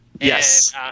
yes